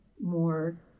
more